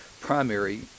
primary